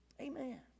amen